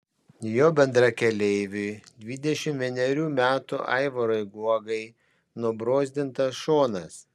jo bendrakeleiviui dvidešimt vienerių metų aivarui guogai nubrozdintas šonas